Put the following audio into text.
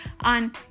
on